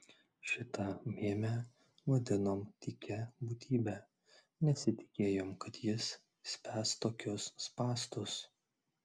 šitą mėmę vadinom tykia būtybe nesitikėjom kad jis spęs tokius spąstus